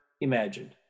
imagined